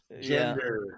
gender